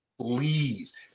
Please